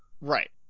right